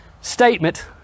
statement